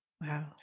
Wow